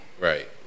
Right